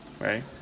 right